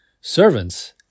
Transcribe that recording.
Servants